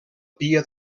pia